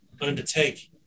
undertake